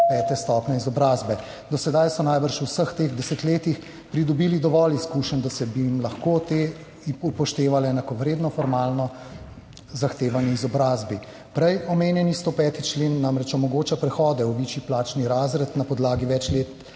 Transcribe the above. pete stopnje izobrazbe. Do sedaj so najbrž v vseh teh desetletjih pridobili dovolj izkušenj, da bi se jim lahko te upoštevale enakovredno formalno zahtevani izobrazbi. Prej omenjeni 105. člen namreč omogoča prehode v višji plačni razred na podlagi večletnih